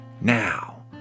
Now